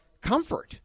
Comfort